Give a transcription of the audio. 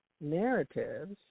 narratives